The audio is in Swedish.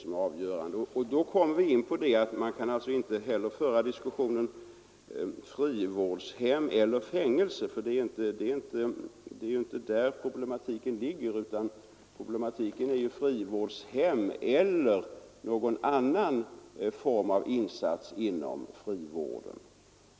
Man kan inte heller enbart basera diskussionen på frågeställningen frivårdshem eller fängelse. Problematiken gäller i stället valet mellan frivårdshem och någon annan form av insats inom frivården.